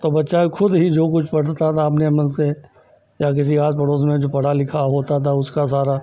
तो बच्चा ख़ुद ही जो कुछ पढ़ता था अपने मन से या किसी आस पड़ोस में जो पढ़ा लिखा होता था उसका सारा